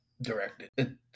directed